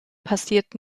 passiert